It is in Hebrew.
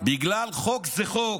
בגלל שחוק זה חוק.